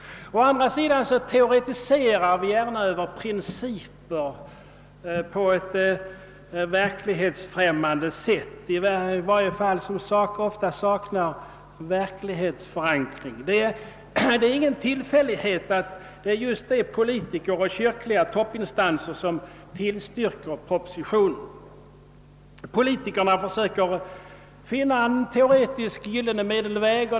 Å andra sidan teoretiserar vi gärna över principer på ett sätt som ofta saknar verklighetsförankring. Det är ingen tillfällighet att det är just politiker och kyrkliga toppinstanser som tillstyrker propositionen. Politikerna försöker finna en teoretisk gyllene medelväg.